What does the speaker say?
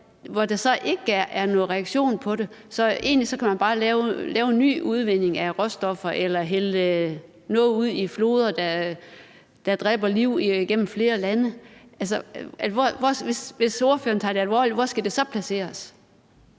hvor der så ikke er nogen reaktion på det. Så egentlig kan man bare lave en ny udvinding af råstoffer eller hælde noget ud i floder, der dræber liv igennem flere lande. Hvis ordføreren tager